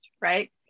right